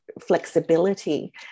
flexibility